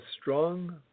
strong